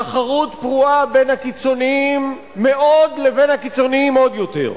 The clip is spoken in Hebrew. תחרות פרועה בין הקיצוניים מאוד לבין הקיצוניים עוד יותר.